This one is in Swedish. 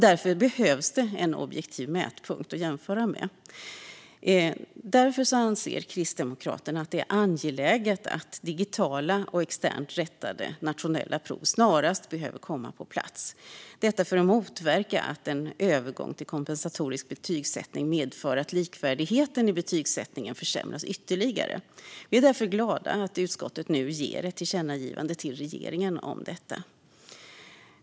Därför behöves en objektiv mätpunkt att jämföra med, och därför anser Kristdemokraterna att det är angeläget att digitala och externt rättade nationella prov snarast behöver kommer på plats, detta för att motverka att en övergång till kompensatorisk betygssättning medför att likvärdigheten i betygssättningen försämras ytterligare. Vi är därför glada att utskottet nu föreslår ett tillkännagivande till regeringen om detta.